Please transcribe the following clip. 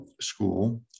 school